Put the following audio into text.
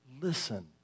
Listen